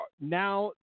now